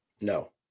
No